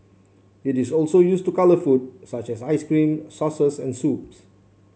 it is also used to colour food such as ice cream sauces and soups